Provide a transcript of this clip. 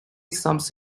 sums